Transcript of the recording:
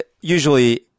usually